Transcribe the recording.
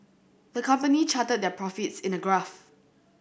the company charted their profits in a graph